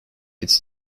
its